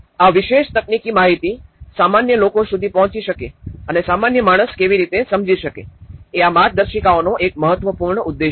આ વિશેષ તકનીકી માહિતી સામાન્ય લોકો સુધી પહોંચી શકે અને સામાન્ય માણસ કેવી રીતે સમજી શકે એ આ માર્ગદર્શિકાઓનો એક મહત્વપૂર્ણ ઉદ્દેશ્ય છે